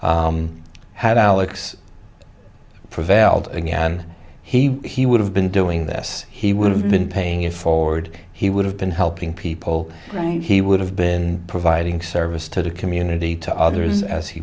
hard had alex prevailed again he would have been doing this he would have been paying it forward he would have been helping people he would have been providing service to the community to others as he